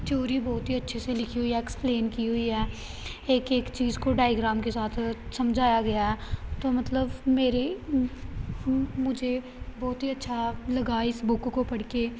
theory ਬਹੁਤ ਹੀ ਅੱਛੇ ਸੇ ਲਿਖੀ ਹੁਈ ਹੈ ਐਕਸਪਲੇਨ ਕੀ ਹੁਈ ਹੈ ਏਕ ਏਕ ਚੀਜ਼ ਕੋ ਡਾਇਗਰਾਮ ਕੇ ਸਾਥ ਸਮਝਾਇਆ ਗਿਆ ਤੋ ਮਤਲਬ ਮੇਰੀ ਮੁ ਮੁਝੇ ਬਹੁਤ ਹੀ ਅੱਛਾ ਲਗਾ ਇਸ ਬੁੱਕ ਕੋ ਪੜ੍ਹ ਕੇ